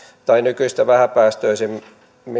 tai nykyistä vähäpäästöisemmillä